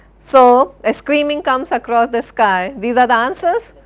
so, a screaming comes across the sky, these are the answers.